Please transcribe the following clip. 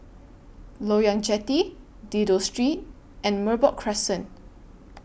Loyang Jetty Dido Street and Merbok Crescent